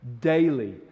Daily